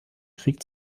krieg